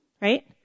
Right